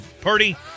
Purdy